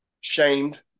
shamed